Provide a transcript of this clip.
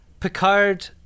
Picard